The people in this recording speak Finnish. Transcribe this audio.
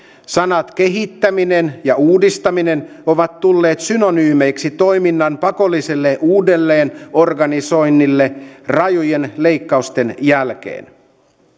sanat kehittäminen ja uudistaminen ovat tulleet synonyymeiksi toiminnan pakolliselle uudelleenorganisoinnille rajujen leikkausten jälkeen